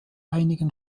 einigen